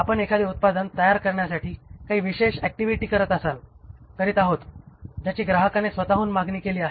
आपण एखादे उत्पादन तयार करण्यासाठी काही विशेष ऍक्टिव्हिटी करीत आहोत ज्याची ग्राहकाने स्वतहून मागणी केली आहे